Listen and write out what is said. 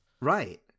Right